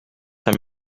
time